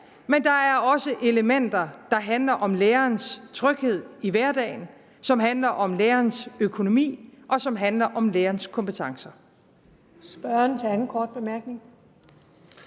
men der er også elementer, der handler om lærerens tryghed i hverdagen, som handler om lærerens økonomi, og som handler om lærerens kompetencer.